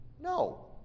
No